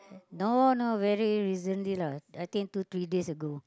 no no very recently lah I think two three days ago